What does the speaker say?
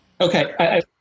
Okay